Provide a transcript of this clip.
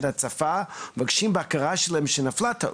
ההצפה ואנחנו מבקשים את ההכרה שלהם בכך שנפלה טעות.